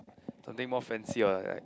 something more fancy or like